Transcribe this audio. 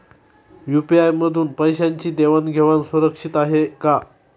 UPI मधून पैशांची देवाण घेवाण सुरक्षित आहे का?